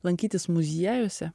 lankytis muziejuose